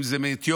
אם זה מאתיופיה,